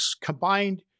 combined